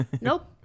Nope